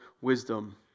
wisdom